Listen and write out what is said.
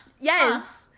yes